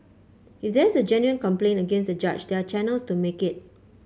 if there is a genuine complaint against the judge there are channels to make it